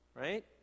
Right